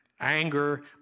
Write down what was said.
anger